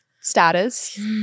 status